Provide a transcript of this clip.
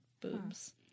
boobs